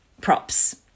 props